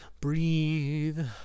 Breathe